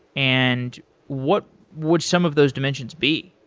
and what would some of those dimensions be?